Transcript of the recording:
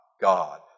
God